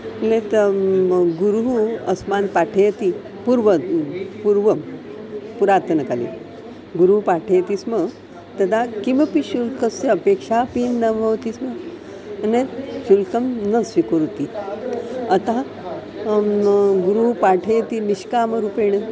अन्यत् गुरुः अस्मान् पाठयति पूर्वत् पूर्वं पुरातनकाले गुरुः पाठयति स्म तदा किमपि शुल्कस्य अपेक्षापि न भवति स्म अन्यत् शुल्कं न स्वीकरोति अतः गुरुः पाठयति निष्कामरूपेण